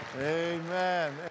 Amen